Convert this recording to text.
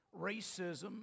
Racism